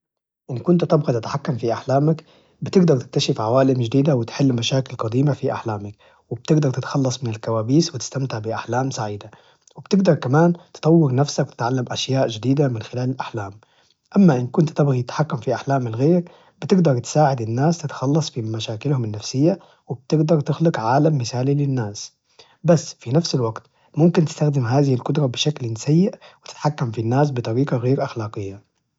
إن كنت تبغى تتحكم في أحلامك، بتقدر تكتشف عوالم جديدة، وتحل مشاكل قديمة في أحلامك، وبتقدر تتخلص من الكوابيس وتستمتع بأحلام سعيدة، وبتقدر كمان تطور نفسك وتتعلم أشياء جديدة من خلال الأحلام، أما إن كنت تبغي تتحكم في أحلام الغير، بتقدر تساعد الناس تتخلص من مشاكلهم النفسية وبتقدر تخلق عالم مثالي للناس، بس في نفس الوقت، ممكن تستخدم هذه القدرة بشكل سيئ وتتحكم في الناس بطريقة غير أخلاقية.